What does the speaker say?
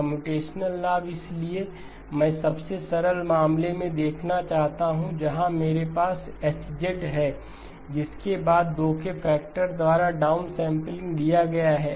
computational लाभ इसलिए मैं सबसे सरल मामले को देखना चाहता हूं जहां मेरे पास H है जिसके बाद 2 के फैक्टर द्वारा डाउनसैंपलिंग लिया गया है